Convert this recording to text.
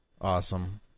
Awesome